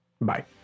Bye